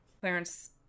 Clarence